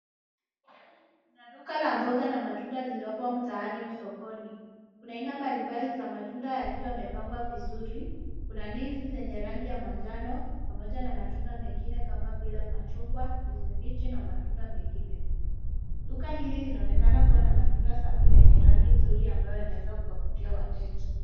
Kuna duka la mboga na matunda lililopo mtaa au sokoni. Kuna aina mbalimbali za matunda yakiwa yamepanga vizuri. Kuna ndizi zenye rangi ya manjano pamoja na matunda mengine kama vile machungwa, ndizi mbichi na matunda mengine. Duka hili linaonekana kuwa na matunda safi na yenye rangi nzuri ambayo inaweza kuwavutia wateja.